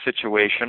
situation